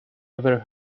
ever